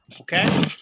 okay